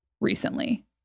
recently